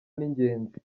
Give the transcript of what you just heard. n’ingenzi